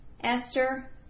Esther